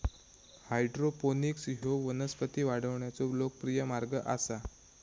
hydroponics ह्यो वनस्पती वाढवण्याचो लोकप्रिय मार्ग आसा